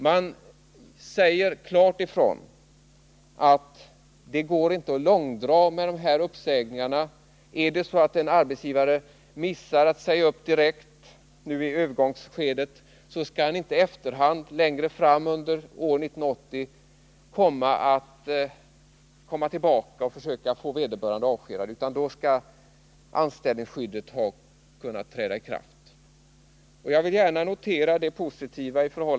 Man säger klart ifrån att det inte går att långdra med dessa uppsägningar. Om en arbetsgivare missar att göra uppsägningen direkt i övergångsskedet skall han inte i efterhand, längre fram under 1980, få komma tillbaka och försöka få vederbörande avskedad.